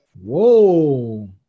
Whoa